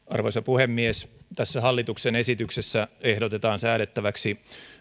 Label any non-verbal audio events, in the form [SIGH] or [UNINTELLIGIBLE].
[UNINTELLIGIBLE] arvoisa puhemies tässä hallituksen esityksessä ehdotetaan säädettäväksi